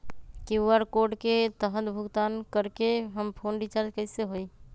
QR code के तहद भुगतान करके हम फोन रिचार्ज कैसे होई?